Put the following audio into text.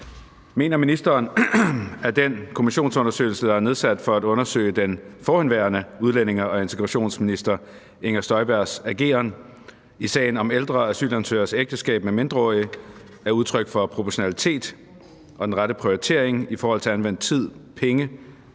Mener ministeren, at den kommissionsundersøgelse, der er nedsat for at undersøge den forhenværende udlændinge- og integrationsminister Inger Støjbergs ageren i sagen om ældre asylansøgeres ægteskab med mindreårige, er udtryk for proportionalitet og den rette prioritering i forhold til anvendt tid, penge og